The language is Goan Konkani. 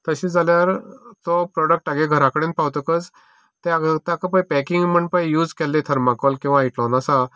तशें जाल्यार तो प्रोडक्ट ताजे घराकडेन पावतकच त्या ताका पय पेकिंग यूज केल्ले थरमाकोल वा जावन आसा